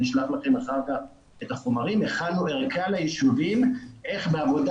אני אשלח לכם אחר כך את החומרים הכנו ערכה לישובים איך בעבודה